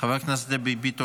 חבר הכנסת עידן רול,